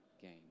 gain